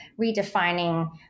redefining